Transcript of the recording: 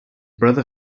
brother